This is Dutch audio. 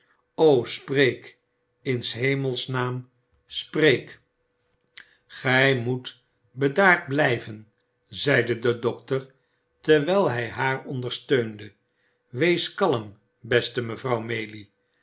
spreek in s hemels naam spreek gij moet bedaard blijven zeide de dokter terwijl hij haar ondersteunde wees kalm beste mevrouw maylie